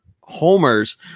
homers